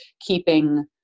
keeping